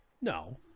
No